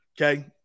Okay